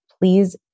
Please